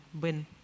win